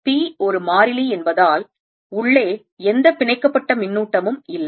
p ஒரு மாறிலி என்பதால் உள்ளே எந்த பிணைக்கப்பட்ட மின்னூட்டமும் இல்லை